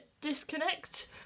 disconnect